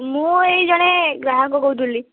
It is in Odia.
ମୁଁ ଏଇ ଜଣେ ଗ୍ରାହକ କହୁଥିଲି